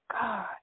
God